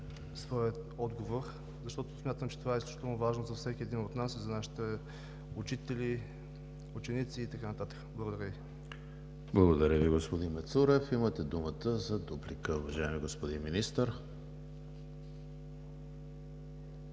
отговор, защото смятам, че това е изключително важно за всеки един от нас, за нашите учители, ученици и така нататък. Благодаря Ви. ПРЕДСЕДАТЕЛ ЕМИЛ ХРИСТОВ: Благодаря Ви, господин Мацурев. Имате думата за дуплика, уважаеми господин Министър.